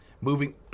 moving